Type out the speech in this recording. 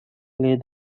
play